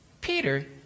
Peter